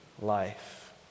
life